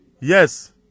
yes